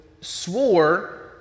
swore